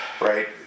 Right